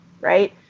right